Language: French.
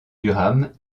durham